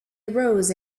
arose